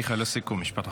מיכאל, לסיכום, משפט אחרון.